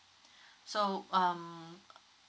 so um